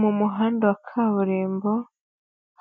Mu muhanda wa kaburimbo